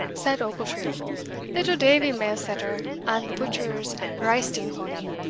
said ochiltree little davie mailsetter, and the butcher's reisting powny.